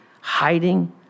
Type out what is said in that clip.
hiding